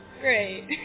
Great